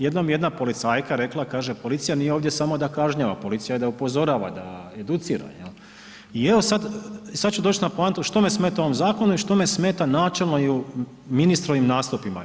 Jednom jedna policajka rekla, kaže policija nije ovdje samo da kažnjava, policija je da upozorava da educira i evo sad ću doći na poantu što me smeta u ovom zakonu i što me smeta načelno i u ministrovim nastupima.